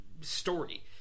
...story